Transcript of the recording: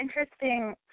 interesting